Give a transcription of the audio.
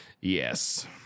Yes